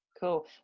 Cool